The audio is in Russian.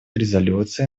резолюции